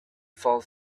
fall